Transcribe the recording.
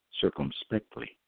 circumspectly